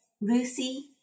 Lucy